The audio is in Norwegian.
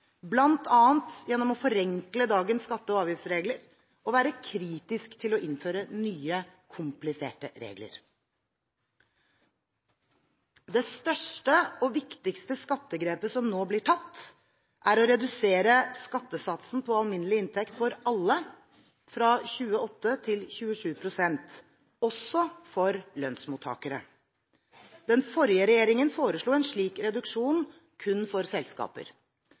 gjennom å forenkle dagens skatte- og avgiftsregler og være kritisk til å innføre nye, kompliserte regler. Det største og viktigste skattegrepet som nå blir tatt, er å redusere skattesatsen på alminnelig inntekt for alle fra 28 til 27 pst. – også for lønnsmottakere. Den forrige regjeringen foreslo en slik reduksjon kun for selskaper.